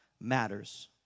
matters